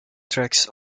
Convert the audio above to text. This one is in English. tracks